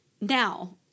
now